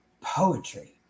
poetry